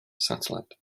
satellite